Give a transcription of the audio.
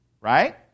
Right